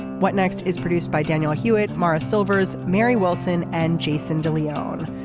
what next is produced by daniel hewitt mara silvers mary wilson and jason de leone.